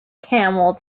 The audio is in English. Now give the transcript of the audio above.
camel